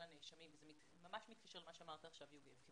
הנאשמים וזה ממש מתקשר למה שאמר עכשיו יוגב.